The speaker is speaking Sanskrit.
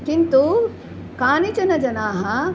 किन्तु कानिचनजनाः